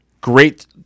Great